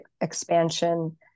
expansion